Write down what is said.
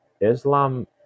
Islam